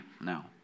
now